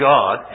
God